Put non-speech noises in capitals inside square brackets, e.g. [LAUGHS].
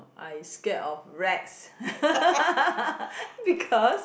I scared of rats [LAUGHS] because